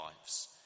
lives